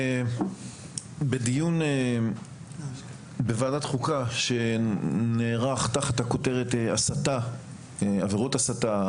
בדיון בוועדת חוקה שנערך תחת הכותרת עבירות הסתה,